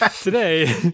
Today